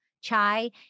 Chai